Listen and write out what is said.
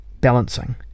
balancing